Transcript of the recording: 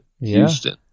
Houston